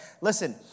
listen